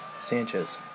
Sanchez